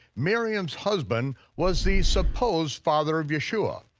miriam's husband, was the supposed father of yeshua.